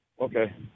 Okay